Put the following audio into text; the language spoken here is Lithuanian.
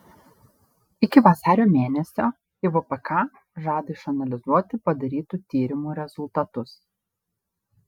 iki vasario mėnesio ivpk žada išanalizuoti padarytų tyrimų rezultatus